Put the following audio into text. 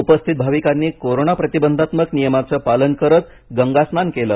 उपस्थित भाविकांनी कोरोना प्रतिबंधक नियमांचं पालन करत गंगास्नान केलं